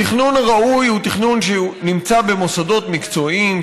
התכנון הראוי הוא תכנון שנמצא במוסדות מקצועיים,